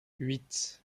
huit